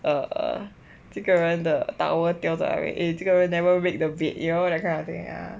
err err 这个人的 towel 掉在这个人 never make the bed you know that kind of thing ah